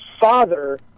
father